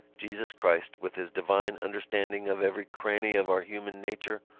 jesus christ, with his divine understanding of every cranny of our human nature,